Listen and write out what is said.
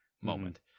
moment